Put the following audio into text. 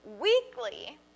weekly